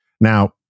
Now